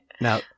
Now